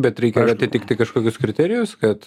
bet reikia atitikti kažkokius kriterijus kad